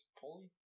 pulley